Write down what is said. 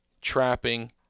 trapping